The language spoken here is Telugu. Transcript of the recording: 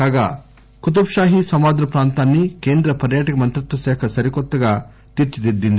కాగా కుతుబ్ షాహి సమాధుల ప్రాంతాన్ని కేంద్ర పర్యాటక మంత్రిత్వ శాఖ సరికొత్తగా తీర్చిదిద్దింది